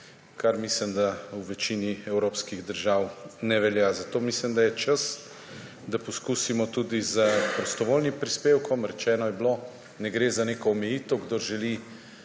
kar mislim, da v večini evropskih držav ne velja. Zato mislim, da je čas, da poskusimo tudi s prostovoljnim prispevkom. Rečeno je bilo, ne gre za neko omejitev, kdor želi,